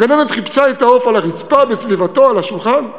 הגננת חיפשה את העוף על הרצפה בסביבתו, על השולחן,